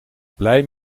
blij